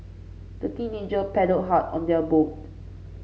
the teenager paddled hard on their boat